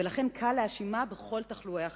ולכן קל להאשימה בכל תחלואי החברה.